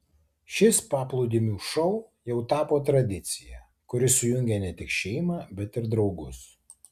šis paplūdimių šou jau tapo tradicija kuri sujungia ne tik šeimą bet ir draugus